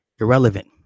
irrelevant